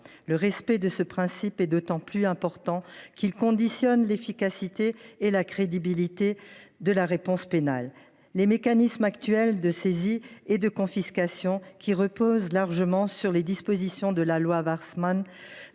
Le respect de ce principe est d’autant plus important qu’il conditionne l’efficacité et la crédibilité de la réponse pénale. À cet égard, les mécanismes actuels de saisie et de confiscation, qui reposent largement sur les dispositions de la loi Warsmann